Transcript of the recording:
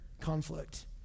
conflict